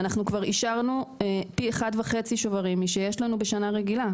ואנחנו כבר אישרנו פי 1.5 שוברים משיש לנו בשנה רגילה,